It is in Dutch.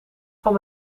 van